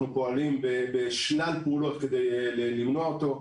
פועלים בשלל פעולות כדי למנוע אותו.